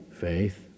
Faith